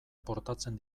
portatzen